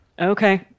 Okay